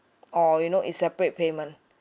or you know it's separate payment